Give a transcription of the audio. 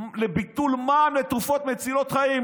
לביטול מע"מ על תרופות מצילות חיים.